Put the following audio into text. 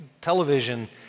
television